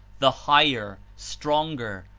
the higher, stronger,